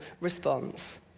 response